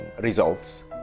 results